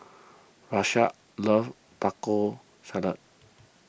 Rashad loves Taco Salad